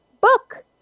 book